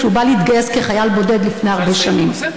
כשהוא בא להתגייס כחייל בודד לפני הרבה שנים.